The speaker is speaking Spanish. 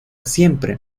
siempre